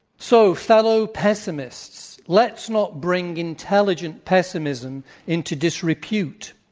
so, fellow pessimists, let's not bring intelligence pessimism into disrepute.